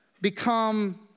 become